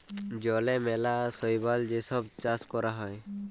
জলে ম্যালা শৈবালের যে ছব চাষ ক্যরা হ্যয়